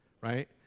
right